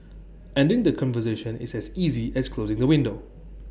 ending the conversation is as easy as closing the window